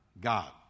God